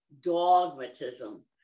dogmatism